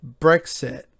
Brexit